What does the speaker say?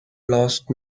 lost